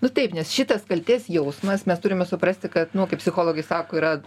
nu taip nes šitas kaltės jausmas mes turime suprasti kad nu kaip psichologai sako yra